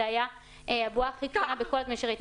זו הייתה הבועה הכי קטנה שראיתי,